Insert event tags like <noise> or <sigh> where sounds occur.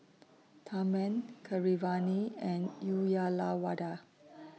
<noise> Tharman Keeravani and Uyyalawada